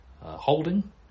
Holding